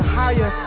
higher